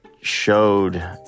showed